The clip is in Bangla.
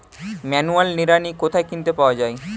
ম্যানুয়াল নিড়ানি কোথায় কিনতে পাওয়া যায়?